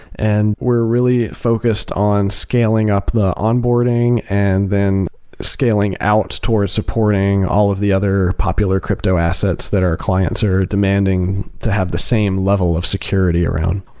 and we're really focused on scaling up the onboarding and then scaling out towards supporting all of the other popular crypto assets that our clients are demanding to have the same level of security around.